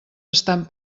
estan